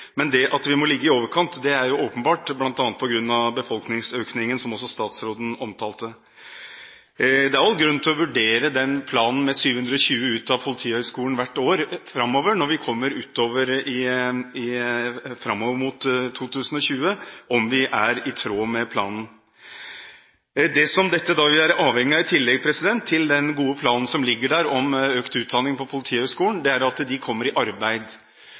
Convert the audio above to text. Men det at vi må ligge i overkant, er åpenbart, bl.a. på grunn av befolkningsøkningen, som også statsråden omtalte. Det er all grunn til å vurdere planen med 720 ut av Politihøgskolen hvert år framover mot 2020 – om vi er i tråd med planen. I tillegg til den gode planen om økt utdanning ved Politihøgskolen er vi avhengige av at de nyutdannede kommer i arbeid.